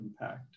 impact